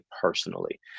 personally